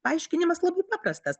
paaiškinimas labai paprastas